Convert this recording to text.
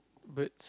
birds